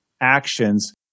actions